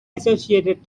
associated